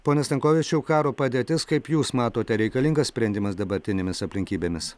pone stankovičiau karo padėtis kaip jūs matote reikalingas sprendimas dabartinėmis aplinkybėmis